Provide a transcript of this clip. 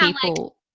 people